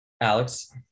Alex